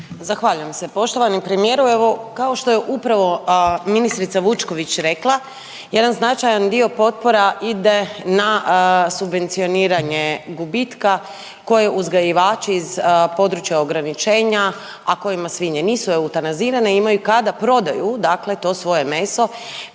Zahvaljujem se. Poštovani premijeru evo kao što je upravo ministrica Vučković rekla jedan značajan dio potpora ide na subvencioniranje gubitka koje uzgajivači s područja ograničenja, a kojima svinje nisu eutanazirane imaju kada prodaju dakle to svoje meso